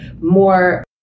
more